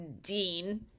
Dean